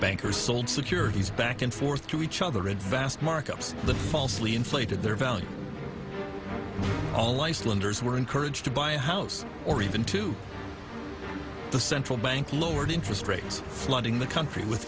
bankers sold securities back and forth to each other in vast markups the falsely inflated their value all icelanders were encouraged to buy a house or even to the central bank lowered interest rates flooding the country with